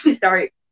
sorry